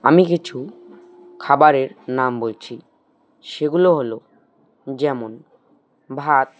আমি কিছু খাবারের নাম বলছি সেগুলো হলো যেমন ভাত